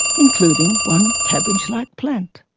including one cabbage-like plant.